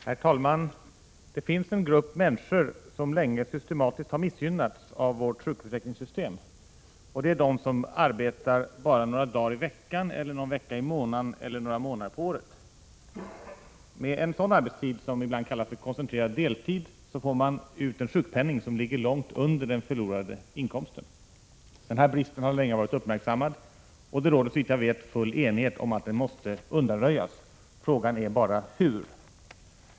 Herr talman! Det finns en grupp människor som länge systematiskt har missgynnats av vårt sjukförsäkringssystem, och det är de som arbetar bara några dagar i veckan, någon vecka i månaden eller några månader på året. Med en sådan arbetstid — det kallas ibland koncentrerad deltid — får man ut en sjukpenning som ligger långt under den förlorade inkomsten. Den här bristen har länge varit uppmärksammad och det råder såvitt jag vet full enighet om att den måste undanröjas. Frågan är bara hur.